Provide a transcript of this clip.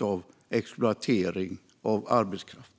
av exploatering av arbetskraft.